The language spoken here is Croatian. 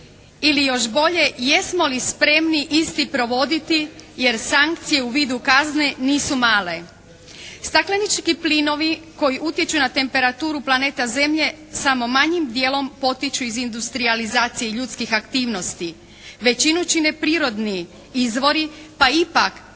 ili još bolje jesmo li spremni isti provoditi jer sankcije u vidu kazne nisu male. Staklenički plinovi koji utječu na temperaturu planeta Zemlje samo manjim dijelom potiču iz industrijalizacije i ljudskih aktivnosti. Većinu čine prirodni izvori pa ipak posljednja